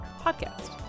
podcast